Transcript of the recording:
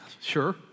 sure